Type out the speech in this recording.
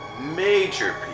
major